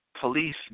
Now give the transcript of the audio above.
police